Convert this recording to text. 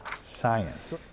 science